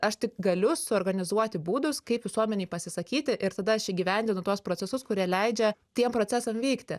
aš tik galiu suorganizuoti būdus kaip visuomenei pasisakyti ir tada aš įgyvendinu tuos procesus kurie leidžia tiem procesam vykti